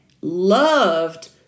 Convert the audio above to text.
loved